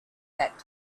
back